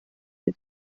ati